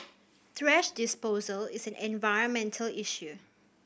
thrash disposal is an environmental issue